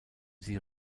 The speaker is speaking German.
sie